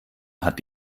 hat